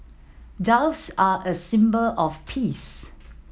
doves are a symbol of peace